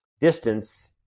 distance